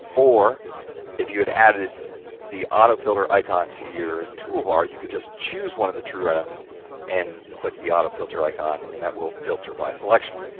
or if you had added the auto-filter icon to your toolbar, you could just choose one of the true items and click the auto-filter icon and that will filter by selection,